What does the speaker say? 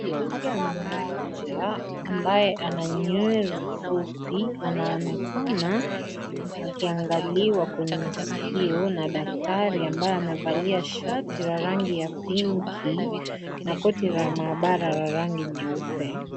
Mwanamke mmoja ambaye ana nywele fupi anaonekana akiangaliwa kwenye sikio na dakatari ambaye amevalia shat la rangi ya pinki na koti la maabara la rangi nyeupe.